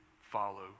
follow